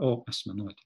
o asmenuotė